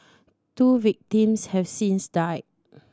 two victims have since died